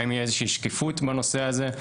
האם תהיה איזושהי שקיפות בנושא הזה?